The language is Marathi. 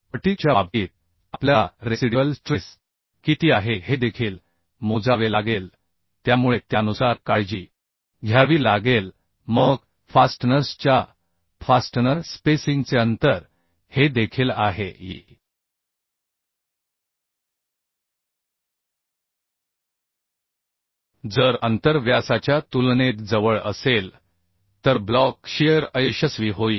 फटिग च्या बाबतीत आपल्याला रेसिड्युअल स्ट्रेस किती आहे हे देखील मोजावे लागेल त्यामुळे त्यानुसार काळजी घ्यावी लागेल मग फास्टनर्सच्या फास्टनर स्पेसिंगचे अंतर हे देखील आहे की जर अंतर व्यासाच्या तुलनेत जवळ असेल तर ब्लॉक शियर अयशस्वी होईल